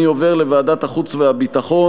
אני עובר לוועדת החוץ והביטחון,